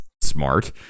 smart